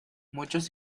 muchos